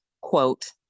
quote